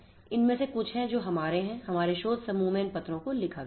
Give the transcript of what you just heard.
इनमें से कुछ हैं जो हमारे हैं हमारे शोध समूह में इन पत्रों को लिखा गया है